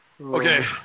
Okay